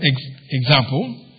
example